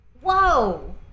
Whoa